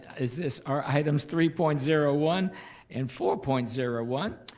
is this, are items three point zero one and four point zero one.